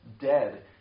dead